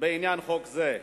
בעניין חוק זה.